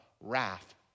wrath